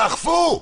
תאכפו.